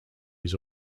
his